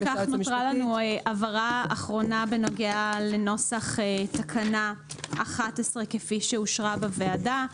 אם כך נותרה לנו הבהרה אחרונה בנוגע לנוסח תקנה 11 כפי שאושרה בוועדה.